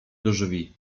drzwi